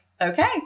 Okay